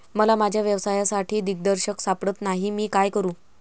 मला माझ्या व्यवसायासाठी दिग्दर्शक सापडत नाही मी काय करू?